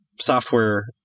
software